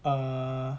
err